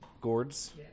Gourds